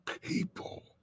People